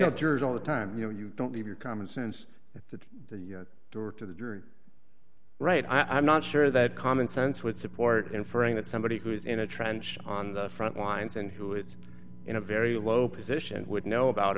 jurors all the time you know you don't leave your commonsense at the door to the jury right i'm not sure that common sense would support inferring that somebody who is in a trench on the front lines and who is in a very low position would know about